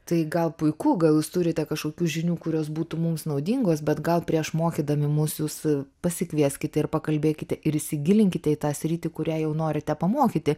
tai gal puiku gal jūs turite kažkokių žinių kurios būtų mums naudingos bet gal prieš mokydami mus jūs pasikvieskite ir pakalbėkite ir įsigilinkite į tą sritį kurią jau norite pamokyti